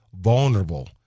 vulnerable